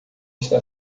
está